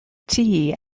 tea